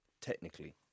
technically